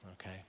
okay